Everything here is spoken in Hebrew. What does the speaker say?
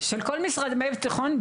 של כול משרדי הביטחון,